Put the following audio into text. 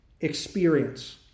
experience